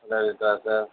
சரிங்க sir sir